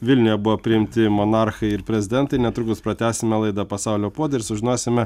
vilniuje buvo priimti monarchai ir prezidentai netrukus pratęsime laidą pasaulio puodai ir sužinosime